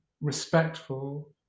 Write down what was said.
respectful